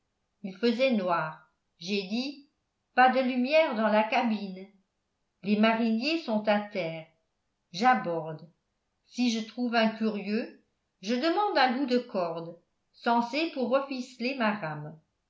il faisait noir j'ai dit pas de lumière dans la cabine les mariniers sont à terre j'aborde si je trouve un curieux je demande un bout de corde censé pour reficeler ma rame